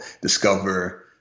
discover